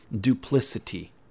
duplicity